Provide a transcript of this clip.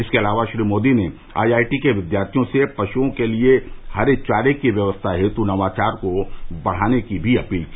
इसके अलावा श्री मोदी ने आईआईटी के विद्यार्थियों से पश्कों के लिए हरे चारे की व्यवस्था हेतु नवाचार को बढ़ाने की भी अपील की